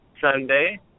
Sunday